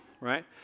Right